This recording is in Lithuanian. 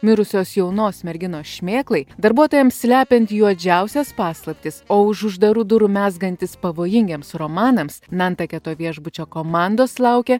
mirusios jaunos merginos šmėklai darbuotojams slepiant juodžiausias paslaptis o už uždarų durų mezgantis pavojingiems romanams nantaketo viešbučio komandos laukia